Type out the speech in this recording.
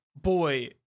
boy